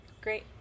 Great